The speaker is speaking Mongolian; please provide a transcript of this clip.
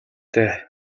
дээ